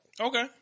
Okay